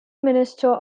minister